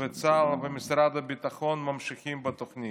וצה"ל ומשרד הביטחון ממשיכים בתוכנית.